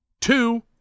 two